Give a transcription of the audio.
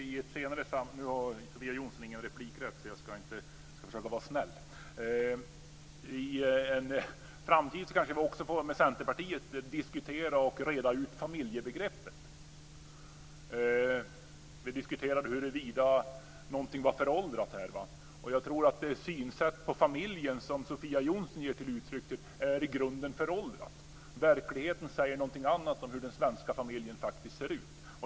Fru talman! Sofia Jonsson har inte rätt till ytterligare replik, så jag ska försöka att vara snäll. I en framtid kanske vi får diskutera och reda ut familjebegreppet även med Centerpartiet. Vi diskuterade huruvida någonting är föråldrat här. Jag tror att det synsätt på familjen som Sofia Jonsson ger uttryck för i grunden är föråldrat. Verkligheten säger någonting annat om hur den svenska familjen faktiskt ser ut.